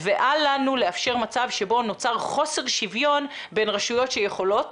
ואל לנו לאפשר מצב שבו נוצר חוסר שוויון בין רשויות שיכולות